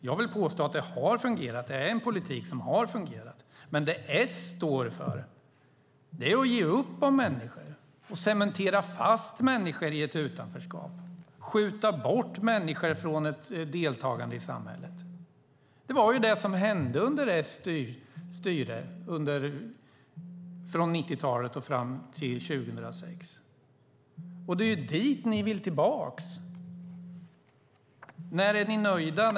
Jag vill påstå att det är en politik som har fungerat. Det S står för är att ge upp om människor, cementera fast människor i ett utanförskap och skjuta bort människor från ett deltagande i samhället. Det var det som hände när S styrde från 90-talet och fram till 2006. Det är dit ni vill tillbaka. När är ni nöjda?